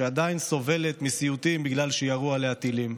שעדיין סובלת מסיוטים בגלל שירו עליה טילים,